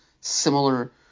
similar